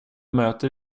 möter